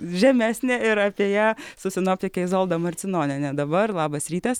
žemesnė ir apie ją su sinoptike izolda marcinoniene dabar labas rytas